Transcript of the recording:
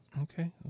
Okay